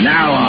Now